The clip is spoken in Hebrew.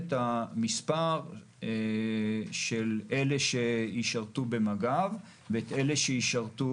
המספר של אלה שישרתו במג"ב ואת אלה שישרתו